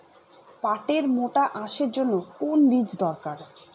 পাটের মোটা আঁশের জন্য কোন বীজ দরকার?